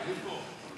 אני פה.